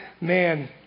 man